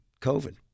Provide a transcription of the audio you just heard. COVID